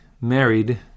married